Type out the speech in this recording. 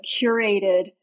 curated